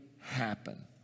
happen